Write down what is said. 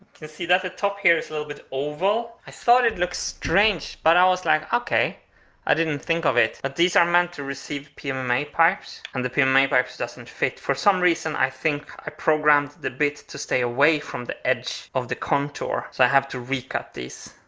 can see that the top here is a little bit oval. i thought it looks strange but i was like okay i didn't think of it but these are meant to receive pmma um pipes and the pmma pipes doesn't fit. for some reason i think i programmed the bit to stay away from the edge of the contour. so i have to re-cut these.